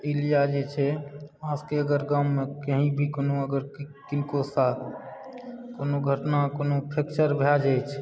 ई लिए जे छै हमरा सभके गाँवमे कहीं भी अगर कोनो भी किनको साथ कोनो घटना कोनो फ्रेक्चर भए जाइत छै